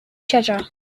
treasure